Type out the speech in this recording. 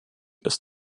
ist